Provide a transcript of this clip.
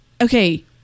Okay